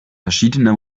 verschiedene